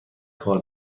کار